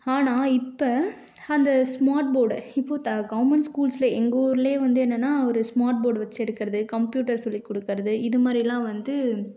ஆனா இப்ப அந்த சுமார்ட் போர்டு இப்போது த கவுர்மெண்ட் ஸ்கூல்ஸ்லே எங்கள் ஊரில் வந்து என்னென்னா ஒரு சுமார்ட் போர்டு வச்சி எடுக்கிறது கம்பியூட்டர்ஸ் சொல்லி கொடுக்கறது இது மாதிரிலாம் வந்து